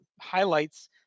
highlights